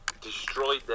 destroyed